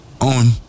on